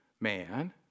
man